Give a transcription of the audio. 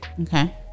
Okay